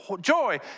joy